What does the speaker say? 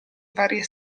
varie